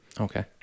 Okay